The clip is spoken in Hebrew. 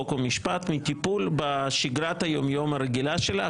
חוק ומשפט מטיפול בשגרת היום יום הרגילה שלה,